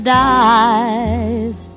dies